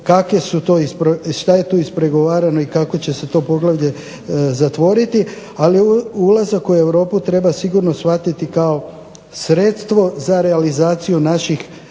šta je tu ispregovarano i kako će se to poglavlje zatvoriti. Ali ulazak u Europu treba sigurno shvatiti kao sredstvo za realizaciju naših